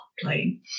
playing